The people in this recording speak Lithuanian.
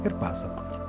ir pasakot